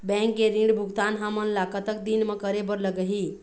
Bank के ऋण भुगतान हमन ला कतक दिन म करे बर लगही?